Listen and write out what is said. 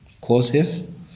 causes